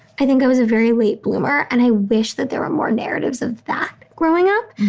i think it was a very late bloomer. and i wish that there are more narratives of that growing up,